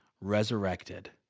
resurrected